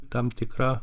tam tikra